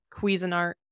Cuisinart